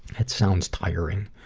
it sounds tiring.